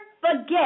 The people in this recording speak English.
forget